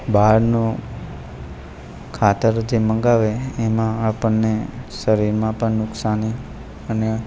બહારનું ખાતર જે મંગાવે એમાં આપણને શરીરમાં પણ નુકસાની અને